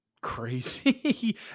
crazy